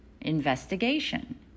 investigation